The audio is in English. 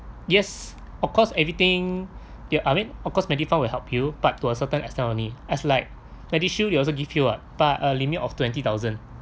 yes of course everything they'll I mean of course medifund will help you but to a certain extent only as like medishield you also give you [what] but a limit of twenty thousand